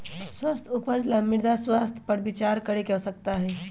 स्वस्थ उपज ला मृदा स्वास्थ्य पर विचार करे के आवश्यकता हई